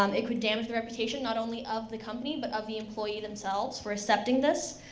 um it could damage the reputation not only of the company but of the employee themselves for accepting this.